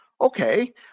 Okay